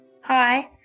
Hi